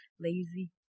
Lazy